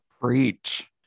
Preach